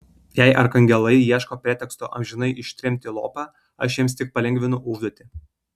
jei arkangelai ieško preteksto amžinai ištremti lopą aš jiems tik palengvinu užduotį